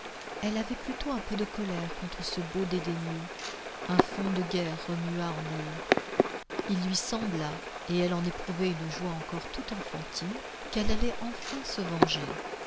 elle avait plutôt un peu de colère contre ce beau dédaigneux un fond de guerre remua en elle il lui sembla et elle en éprouvait une joie encore tout enfantine qu'elle allait enfin se venger